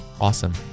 Awesome